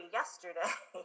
yesterday